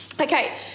okay